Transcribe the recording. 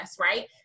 right